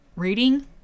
Reading